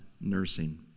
nursing